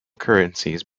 currencies